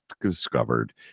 discovered